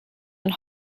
and